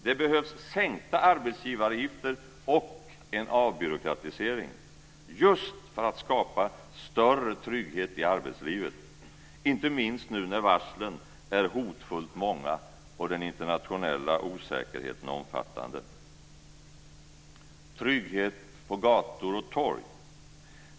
Det behövs sänkta arbetsgivaravgifter och en avbyråkratisering, just för att man ska skapa större trygghet i arbetslivet, inte minst nu när varslen är hotfullt många och den internationella osäkerheten omfattande. Sedan gäller det trygghet på gator och torg.